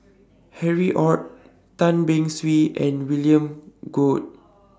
Harry ORD Tan Beng Swee and William Goode